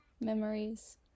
memories